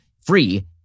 free